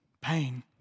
pain